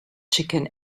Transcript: chicken